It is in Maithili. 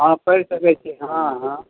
अहाँ पढ़ि सकै छिए हँ हँ